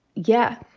yeah.